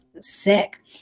sick